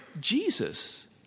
Jesus